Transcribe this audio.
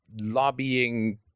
lobbying